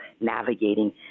navigating